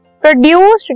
produced